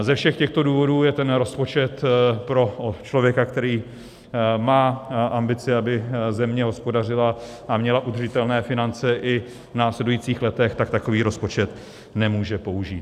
Ze všech těchto důvodů je ten rozpočet pro člověka, který má ambici, aby země hospodařila a měla udržitelné finance i v následujících letech, tak takový rozpočet nemůže použít.